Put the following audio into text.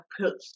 put